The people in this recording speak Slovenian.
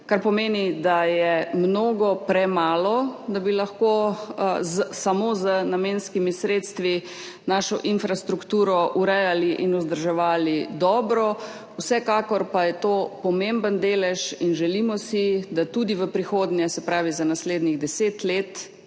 Kar pomeni, da je mnogo premalo, da bi lahko samo z namenskimi sredstvi našo infrastrukturo urejali in vzdrževali dobro. Vsekakor pa je to pomemben delež in želimo si, da tudi v prihodnje, se pravi za naslednjih deset let,